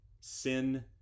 sin